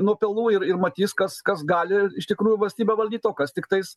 nuo pelų ir ir matys kas kas gali iš tikrųjų valstybę valdyt o kas tiktais